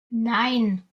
nein